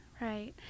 Right